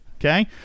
Okay